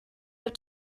have